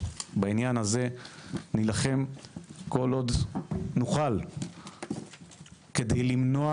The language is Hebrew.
בעניין הזה נילחם כל עוד נוכל כדי למנוע